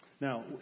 Now